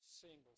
single